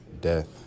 death